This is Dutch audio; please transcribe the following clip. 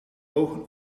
ogen